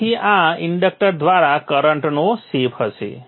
તેથી આ ઇન્ડક્ટર દ્વારા કરંટનો શેપ હશે